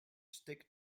stick